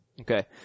Okay